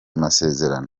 masezerano